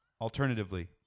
Alternatively